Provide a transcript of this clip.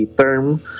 term